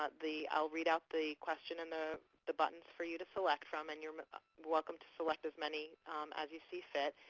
ah i will read out the question and the the button for you to select from and you are welcome to select as many as you see fit.